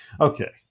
Okay